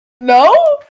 No